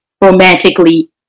romantically